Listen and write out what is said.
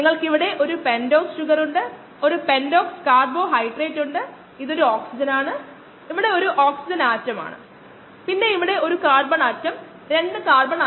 നിങ്ങൾക്കെല്ലാവർക്കും അറിയാം NADH nicotinamide adenine dinucleotide ഇതിന്റെ ഹൈഡ്രജൻ രൂപം